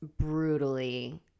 brutally